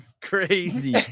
Crazy